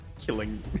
killing